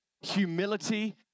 humility